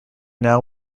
now